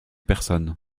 personnes